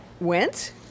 Went